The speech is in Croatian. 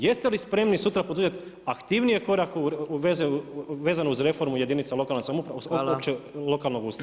Jeste li spremni sutra poduzeti aktivnije korake vezano uz reformu jedinica lokalne samouprave … lokalnog ustroja?